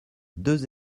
deux